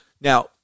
Now